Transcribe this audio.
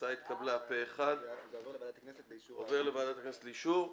ההצעה התקבלה פה אחד ותעבור לוועדת הכנסת לאישור.